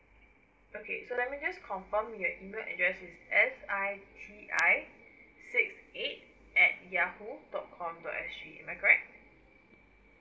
okay so let me just confirm your email address is f i g i six eight at yahoo dot com dot s g am I correct